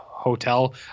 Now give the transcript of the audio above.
hotel